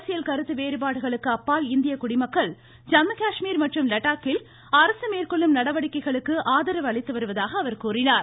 அரசியல் கருத்து வேறுபாடுகளுக்கு அப்பால் இந்திய குடிமக்கள் ஜம்முகாஷ்மீர் மற்றும் லடாக்கில் அரசு மேற்கொள்ளும் நடவடிக்கைகளுக்கு ஆதரவு அளித்து வருவதாக கூறினார்